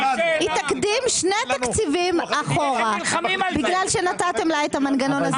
היא תקדים שני תקציבים אחורה בגלל שנתתם לה את המנגנון הזה,